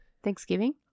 Thanksgiving